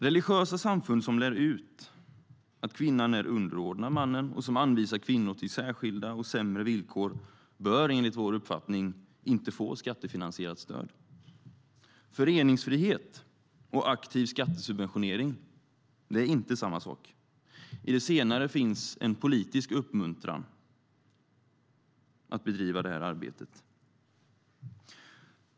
Religiösa samfund som lär ut att kvinnan är underordnad mannen och som anvisar kvinnor till särskilda och sämre villkor bör enligt vår uppfattning inte få skattefinansierat stöd. Föreningsfrihet och aktiv skattesubventionering är inte samma sak. I det senare finns en politisk uppmuntran att bedriva arbetet.